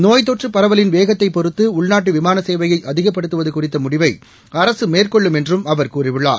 நோய்த்தொற்றுப் பரவலின் வேகத்தை பொறுத்து உள்நாட்டு விமான சேவையை அதிகப்படுத்துவது குறித்த முடிவை அரசு மேற்கொள்ளும் என்றும் அவர் கூறியுள்ளார்